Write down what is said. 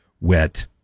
wet